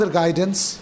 guidance